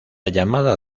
llamada